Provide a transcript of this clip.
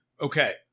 Okay